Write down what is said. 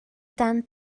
dan